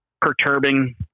perturbing